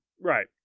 right